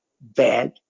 bad